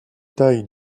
taille